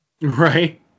Right